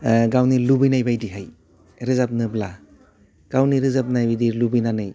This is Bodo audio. ओह गावनि लुबैनाय बायदिहाय रोजाबनोब्ला गावनि रोजाबनायबायदि लुबैनानै